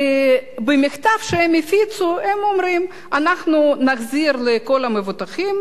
במכתב שהם הפיצו הם אומרים: אנחנו נחזיר לכל המבוטחים,